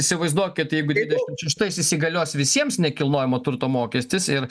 įsivaizduokit jeigu dvidešimt šeštais įsigalios visiems nekilnojamo turto mokestis ir